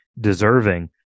deserving